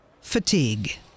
fatigue